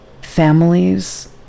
families